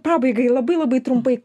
pabaigai labai labai trumpai